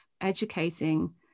educating